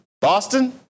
Boston